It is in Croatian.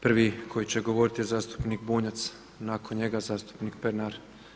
Prvi koji će govoriti je zastupnik Bunjac, nakon njega zastupnik Pernar.